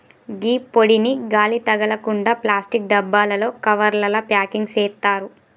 గీ పొడిని గాలి తగలకుండ ప్లాస్టిక్ డబ్బాలలో, కవర్లల ప్యాకింగ్ సేత్తారు